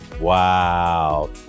Wow